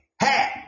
Hey